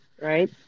right